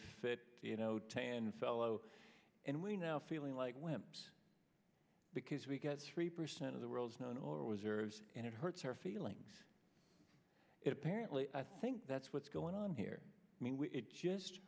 fit you know tanned fellow and we now feeling like wimps because we got three percent of the world's known oil reserves and it hurts her feelings it apparently i think that's what's going on here i